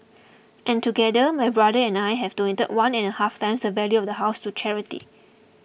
and together my brother and I have donated one and a half times the value of the house to charity